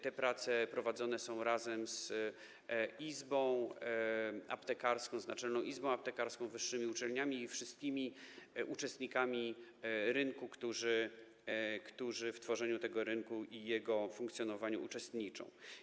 Te prace prowadzone są razem z Naczelną Izbą Aptekarską, wyższymi uczelniami i wszystkimi uczestnikami rynku, tymi, którzy w tworzeniu tego rynku i jego funkcjonowaniu uczestniczą.